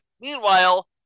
Meanwhile